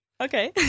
Okay